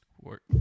Work